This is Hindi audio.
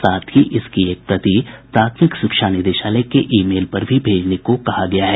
साथ ही इसकी एक प्रति प्राथमिक शिक्षा निदेशालय के ई मेल पर भेजने को भी कहा गया है